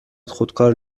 خودکار